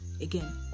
again